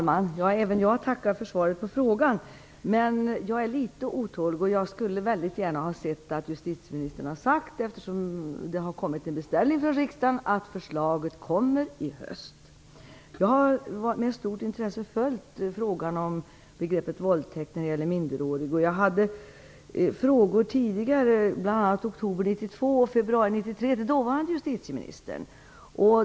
Fru talman! Även jag tackar för svaret på frågan, men jag är litet otålig. Jag skulle väldigt gärna ha sett att justitieministern hade sagt, eftersom det har kommit en beställning från riksdagen, att förslaget kommer i höst. Jag har med stort intresse följt frågan om begreppet våldtäkt när det gäller minderårig. Jag har tidigare ställt frågor, bl.a. i oktober 1992 och i februari 1993 till dåvarande justitieministern.